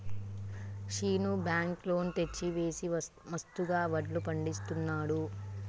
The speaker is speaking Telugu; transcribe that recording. శీను బ్యాంకు లోన్ తెచ్చి వేసి మస్తుగా వడ్లు పండిస్తున్నాడు